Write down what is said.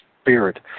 spirit